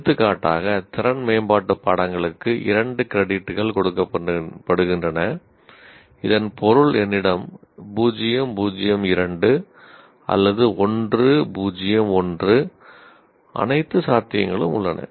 எடுத்துக்காட்டாக திறன் மேம்பாட்டு பாடங்களுக்கு 2 கிரெடிட்கள் கொடுக்கப்படுகின்றன இதன் பொருள் என்னிடம் 0 0 2 அல்லது 1 0 1 அனைத்து சாத்தியங்களும் உள்ளன